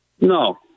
No